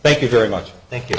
thank you very much thank you